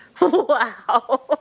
Wow